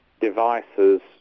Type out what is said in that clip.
devices